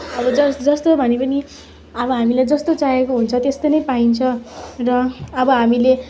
अब जस्तो जस्तो भने पनि अब हामीलाई जस्तो चाहिएको हुन्छ त्यस्तो नै पाइन्छ र अब हामीले